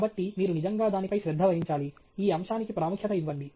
కాబట్టి మీరు నిజంగా దానిపై శ్రద్ధ వహించాలి ఈ అంశానికి ప్రాముఖ్యత ఇవ్వండి